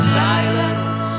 silence